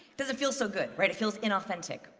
doesn't feel so good, right? it feels inauthentic.